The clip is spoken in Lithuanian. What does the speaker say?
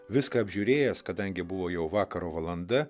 viską apžiūrėjęs kadangi buvo jau vakaro valanda